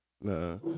Nah